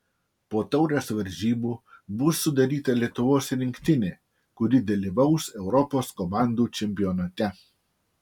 po taurės varžybų bus sudaryta lietuvos rinktinė kuri dalyvaus europos komandų čempionate